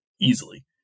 easily